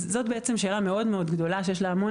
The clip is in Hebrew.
זאת שאלה מאוד מאוד גדולה שיש לה המון